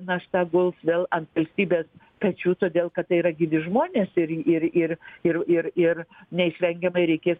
našta guls vėl ant valstybės pečių todėl kad tai yra gyvi žmonės ir ir ir ir ir ir neišvengiamai reikės